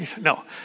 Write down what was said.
No